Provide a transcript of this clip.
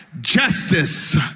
Justice